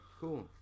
cool